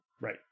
Right